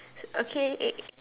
okay